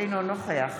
אינו נוכח